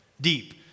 Deep